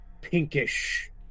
pinkish